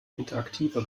interaktiver